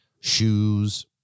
shoes